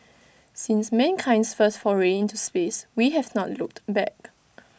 since mankind's first foray into space we have not looked back